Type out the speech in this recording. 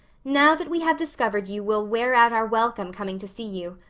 now that we have discovered you we'll wear out our welcome coming to see you.